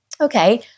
Okay